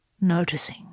noticing